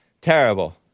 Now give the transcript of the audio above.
Terrible